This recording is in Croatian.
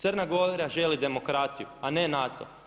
Crna Gora želi demokratiju, a ne NATO.